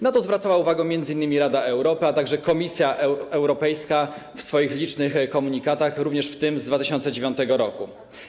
Na to zwracała uwagę m.in. Rada Europy, a także Komisja Europejska w swoich licznych komunikatach, również w tym z 2009 r.